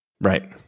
Right